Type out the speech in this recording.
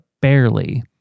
barely